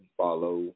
follow